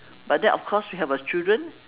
but then of course we have our children